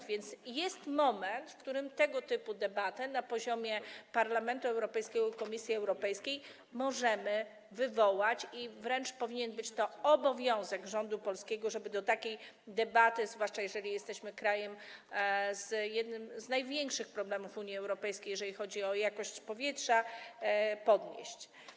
A więc jest to moment, w którym tego typu debatę na poziomie Parlamentu Europejskiego i Komisji Europejskiej możemy wywołać, wręcz powinien to być obowiązek rządu polskiego, żeby do takiej debaty, zwłaszcza że jesteśmy krajem, który ma jeden z największych problemów w Unii Europejskiej, jeżeli chodzi o jakość powietrza, doprowadzić.